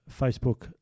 Facebook